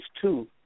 two